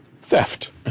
theft